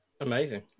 Amazing